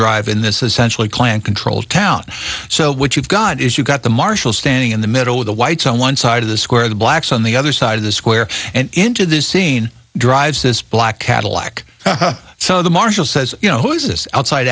drive in this essentially klan controlled town so what you've got is you've got the marshall standing in the middle of the whites on one side of the square the blacks on the other side of the square and into this scene drives this black cadillac so the marshal says you know who's this outside